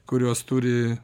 kurios turi